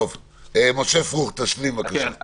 משה פרוכט, תשלים בבקשה.